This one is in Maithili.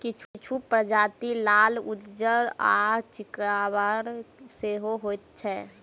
किछु प्रजाति लाल, उज्जर आ चितकाबर सेहो होइत छैक